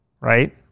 right